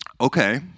Okay